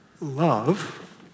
Love